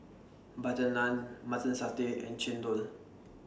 Butter Naan Mutton Satay and Chendol